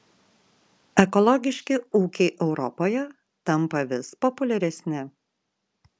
ekologiški ūkiai europoje tampa vis populiaresni